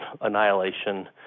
annihilation